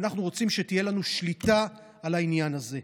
ואנחנו רוצים שתהיה לנו שליטה על העניין הזה,